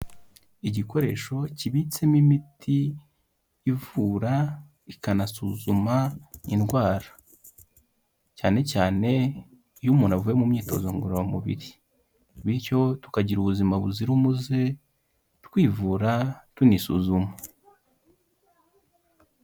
Igikoresho kibitsemo imiti ivura ikanasuzuma indwara, cyane cyane iyo umuntu avuye mu myitozo ngororamubiri, bityo tukagira ubuzima buzira umuze twivura tunisuzuma.